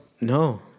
No